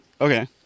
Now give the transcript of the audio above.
Okay